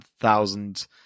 thousand